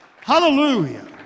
Hallelujah